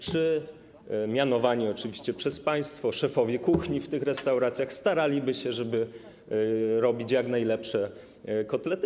Czy mianowani, oczywiście przez państwo, szefowie kuchni w tych restauracjach staraliby się, żeby robić jak najlepsze kotlety?